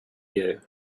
you